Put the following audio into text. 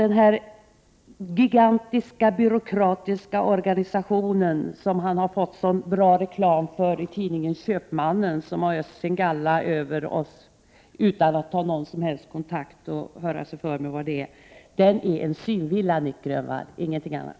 Den gigantiska byråkratiska organisation som han har fått sådan bra reklam för i tidningen Köpmannen — som har öst sin galla över oss utan att ta någon som helst kontakt och höra sig för — är en synvilla, och ingenting annat.